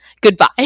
Goodbye